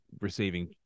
receiving